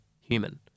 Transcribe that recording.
human